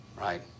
Right